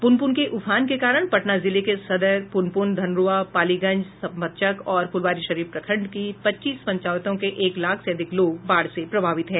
पुनपुन के उफान के कारण पटना जिले के सदर पुनपुन धनरूआ पालीगंज संपतचक और फुलवारीशरीफ प्रखंड की पच्चीस पंचायतों के एक लाख से अधिक लोग बाढ़ से प्रभावित हुए हैं